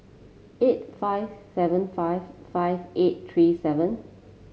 eight five seven five five eight three seven